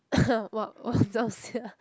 !wah! !wah! zao xia